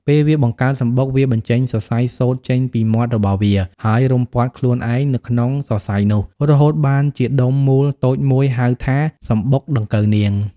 ពេលវាបង្កើតសំបុកវាបញ្ចេញសរសៃសូត្រចេញពីមាត់របស់វា ហើយរុំព័ទ្ធខ្លួនឯងនៅក្នុងសរសៃនោះរហូតបានជាដុំមូលតូចមួយហៅថា សំបុកដង្កូវនាង។